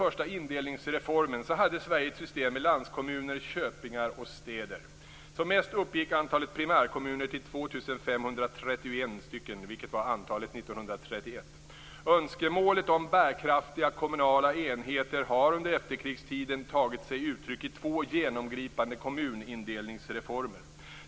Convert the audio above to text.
Önskemålen om bärkraftiga kommunala enheter har under efterkrigstiden tagit sig uttryck i två genomgripande kommunindelningsreformer.